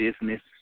business